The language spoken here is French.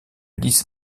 lis